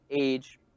age